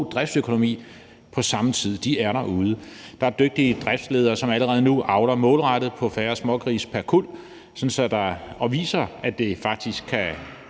driftsøkonomi på samme tid. De er derude. Der er dygtige driftsledere, som allerede nu avler målrettet for at få færre smågrise pr. kuld og viser, at det faktisk kan